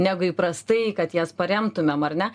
negu įprastai kad jas paremtumėm ar ne